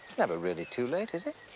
never really too late is it?